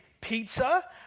pizza